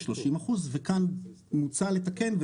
30 אחוז (סוף קריאה).